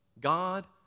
God